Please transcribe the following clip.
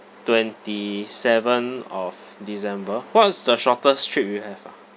twenty seventh of december what is the shortest trip you have ah